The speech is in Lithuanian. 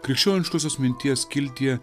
krikščioniškosios minties skiltyje